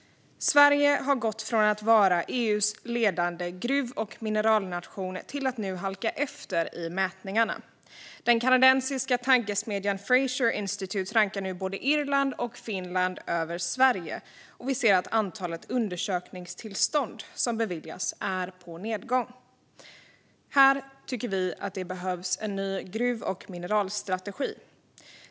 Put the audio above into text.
Sverige har gått från att vara EU:s ledande gruv och mineralnation till att nu halka efter i mätningarna. Den kanadensiska tankesmedjan Fraser Institute rankar nu både Irland och Finland över Sverige, och vi ser att antalet undersökningstillstånd som beviljas är på nedgång. Här tycker vi att det behövs en ny gruv och mineralstrategi.